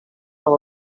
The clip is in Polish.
pan